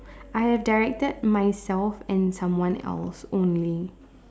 I have directed myself and someone else only